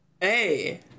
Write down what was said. Hey